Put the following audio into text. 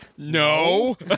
No